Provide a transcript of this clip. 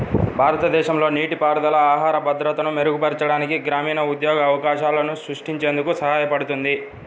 భారతదేశంలో నీటిపారుదల ఆహార భద్రతను మెరుగుపరచడానికి, గ్రామీణ ఉద్యోగ అవకాశాలను సృష్టించేందుకు సహాయపడుతుంది